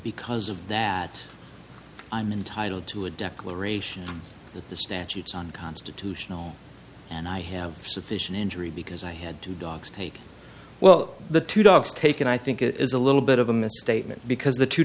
because of that i'm entitled to a declaration that the statutes on constitutional and i have sufficient injury because i had two dogs take well the two dogs taken i think it is a little bit of a misstatement because the two